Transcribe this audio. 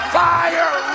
fire